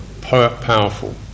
powerful